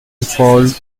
fault